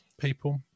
people